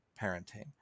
parenting